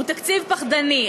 הוא תקציב פחדני.